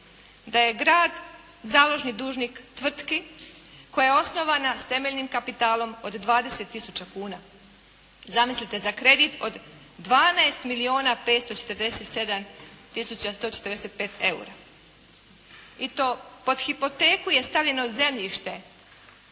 da je grad založni dužnik tvrtki koja je osnovana s temeljnim kapitalom od 20 tisuća kuna. Zamislite za kredit od 12 milijuna 547 tisuća 145 eura i to pod hipoteku je stavljeno zemljište